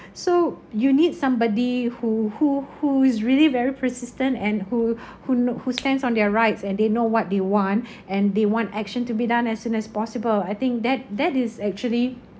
so you need somebody who who who is really very persistent and who who kno~ who stands on their rights and they know what they want and they want action to be done as soon as possible I think that that is actually